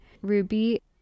Ruby